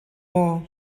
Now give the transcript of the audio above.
maw